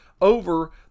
over